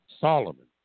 Solomon